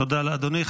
תודה לאדוני.